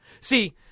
See